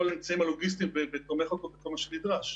האמצעים הלוגיסטיים ותומך בכל מה שנדרש.